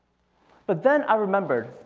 but then i remembered,